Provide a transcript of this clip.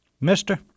Mister